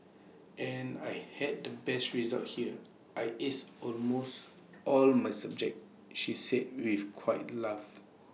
and I had the best results here I ace almost all of my subjects she says with quiet laugh